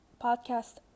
podcast